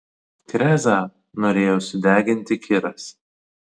krezą norėjo sudeginti kiras